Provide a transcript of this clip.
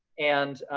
and